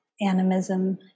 animism